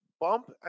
bump